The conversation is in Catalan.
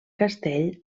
castell